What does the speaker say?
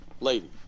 lady